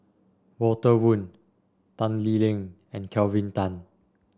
Walter Woon Tan Lee Leng and Kelvin Tan